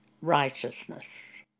righteousness